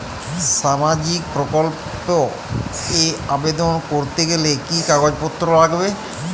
সামাজিক প্রকল্প এ আবেদন করতে গেলে কি কাগজ পত্র লাগবে?